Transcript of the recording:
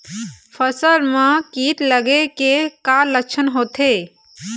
फसल म कीट लगे के का लक्षण होथे?